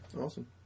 Awesome